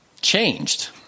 changed